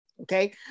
okay